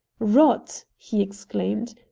rot! he exclaimed.